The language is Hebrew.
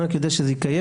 אני רק יודע שהיא קיימת,